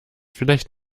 vielleicht